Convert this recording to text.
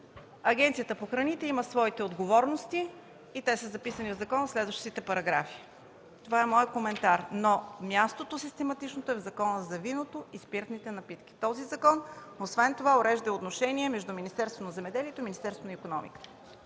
на храните има своите отговорности и те са записани в закона в следващите параграфи. Това е моят коментар, но систематичното място е в Закона за виното и спиртните напитки. Този закон освен това урежда и отношения между Министерството на земеделието и храните и Министерството на икономиката.